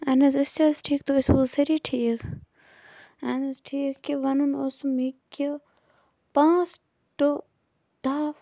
اَہن حظ أسۍ تہِ ٲسۍ ٹھیٖک تُہۍ ٲسِو حٕظ سٲری ٹھیٖکھ اہن حظ ٹھیٖک وَنُن اوسُم یہِ کہِ پانٛژھ ٹُو دہ